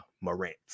Morant